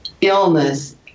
illness